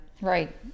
Right